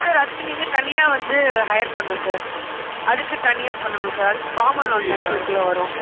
sir அதுக்கு நீங்கள் தனியாக வந்து ஹயர் பண்ணணும் சார் அதுக்கு தனியாக பண்ணணும் சார் அதுக்கு காமன் லோன் தான் சார் இதுக்குள்ளே வரும்